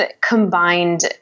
combined